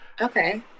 okay